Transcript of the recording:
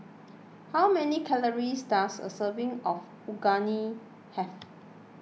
how many calories does a serving of Unagi have